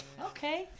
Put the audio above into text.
Okay